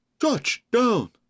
Touchdown